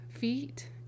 feet